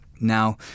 Now